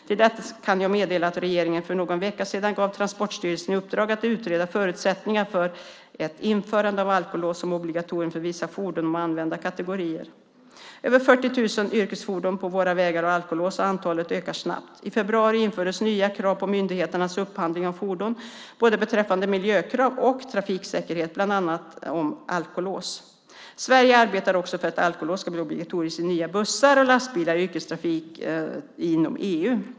Till detta kan jag meddela att regeringen för någon vecka sedan gav Transportstyrelsen i uppdrag att utreda förutsättningarna för ett införande av alkolås som obligatorium för vissa fordons eller användarkategorier. Över 40 000 yrkesfordon på våra vägar har alkolås och antalet ökar snabbt. I februari infördes nya krav på myndigheternas upphandling av fordon beträffande både miljökrav och trafiksäkerhet, bland annat om alkolås. Sverige arbetar också för att alkolås ska bli obligatoriskt i nya bussar och lastbilar i yrkestrafik inom EU.